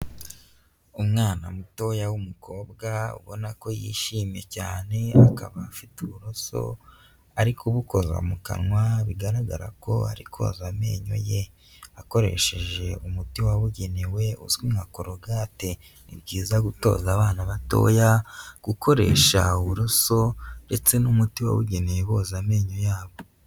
Umwana mutoya w'umukobwa ubona ko yishimye cyane, akaba afite uburoso ari kubukoza mu kanwa, bigaragara ko ari koza amenyo ye, akoresheje umuti wabugenewe uzwi nka korogate. Ni byiza gutoza abana batoya gukoresha uburoso ndetse n'umuti wabugenewe boza amenyo yabo.